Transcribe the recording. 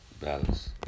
balance